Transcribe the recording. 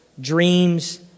dreams